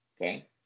Okay